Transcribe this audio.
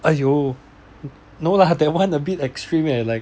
!aiyo! no lah that [one] a bit extreme leh like